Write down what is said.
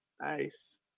Nice